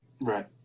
Right